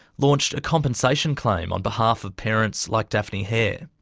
launched a compensation claim on behalf of parents like daphne hare.